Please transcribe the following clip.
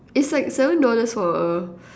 is like seven dollars for a